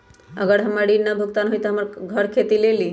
अगर हमर ऋण न भुगतान हुई त हमर घर खेती लेली?